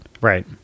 right